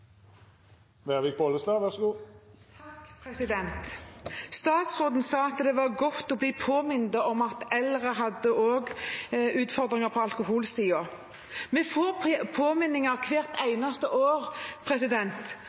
Statsråden sa at det var godt å bli påminnet om at eldre også hadde utfordringer på alkoholsiden. Vi får påminnelser hvert eneste år